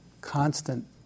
constant